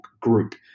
group